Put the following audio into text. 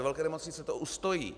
Velké nemocnice to ustojí.